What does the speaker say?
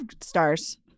stars